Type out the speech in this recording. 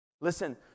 Listen